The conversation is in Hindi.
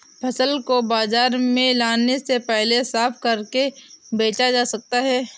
फसल को बाजार में लाने से पहले साफ करके बेचा जा सकता है?